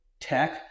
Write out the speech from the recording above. tech